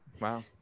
Wow